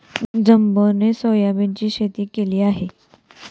जंबोने सोयाबीनची शेती केली आहे